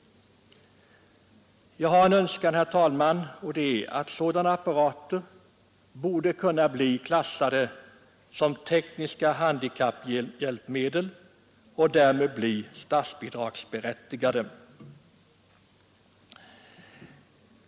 Jag har en önskan, herr talman, att sådana apparater kan bli klassade som tekniska handikapphjälpmedel och därmed bli statsbidragsberättigade.